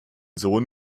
sohn